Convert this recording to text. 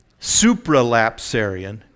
supralapsarian